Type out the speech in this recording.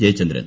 Jayachandran